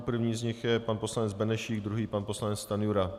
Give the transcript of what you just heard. První z nich je pan poslanec Benešík, druhý pan poslanec Stanjura.